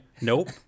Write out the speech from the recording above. Nope